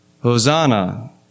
Hosanna